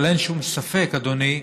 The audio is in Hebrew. אבל אין שום ספק, אדוני,